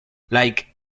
like